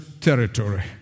territory